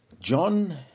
John